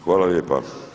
Hvala lijepa.